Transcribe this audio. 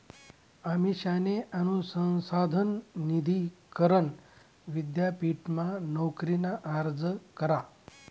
अमिषाने अनुसंधान निधी करण विद्यापीठमा नोकरीना अर्ज करा